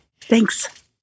Thanks